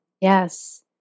yes